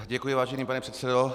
Děkuji, vážený pane předsedo.